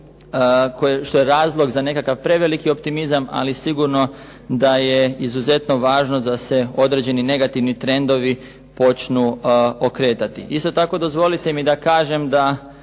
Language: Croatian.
što je razlog za nekakav preveliki optimizam, ali sigurno da je izuzetno važno da se određeni negativni trendovi počnu okretati. Isto tako dozvolite mi da kažem da